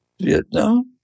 Vietnam